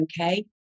okay